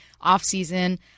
off-season